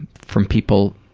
from people